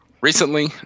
Recently